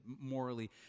morally